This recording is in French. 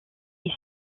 est